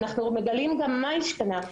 אנחנו גם מגלים מה השתנה.